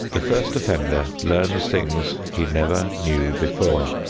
the first offender learns things he never knew before,